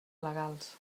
legals